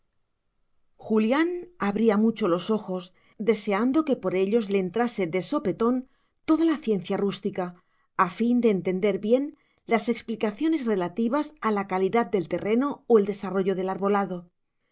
julián abría mucho los ojos deseando que por ellos le entrase de sopetón toda la ciencia rústica a fin de entender bien las explicaciones relativas a la calidad del terreno o el desarrollo del arbolado